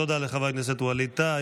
תודה רבה לחבר הכנסת ווליד טאהא.